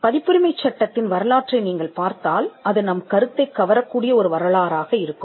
பதிப்புரிமைச் சட்டத்தின் வரலாற்றை நீங்கள் பார்த்தால் அது நம் கருத்தைக் கவரக்கூடிய ஒரு வரலாறாக இருக்கும்